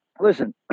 listen